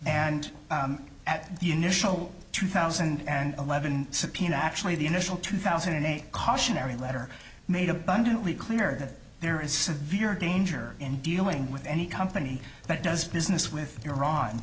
and at the initial two thousand and eleven subpoena actually the initial two thousand and eight cautionary letter made abundantly clear that there is severe danger in dealing with any company that does business with iran